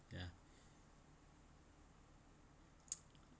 ya